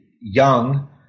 young